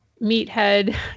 meathead